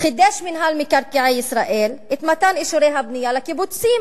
חידש מינהל מקרקעי ישראל את מתן אישורי הבנייה לקיבוצים.